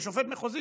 ושופט מחוזי,